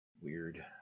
Weird